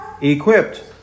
equipped